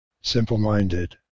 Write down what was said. simple-minded